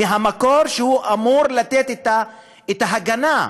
מהמקור שאמור לתת את ההגנה,